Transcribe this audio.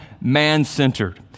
man-centered